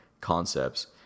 concepts